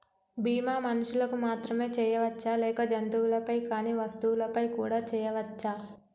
బీమా మనుషులకు మాత్రమే చెయ్యవచ్చా లేక జంతువులపై కానీ వస్తువులపై కూడా చేయ వచ్చా?